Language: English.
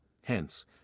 hence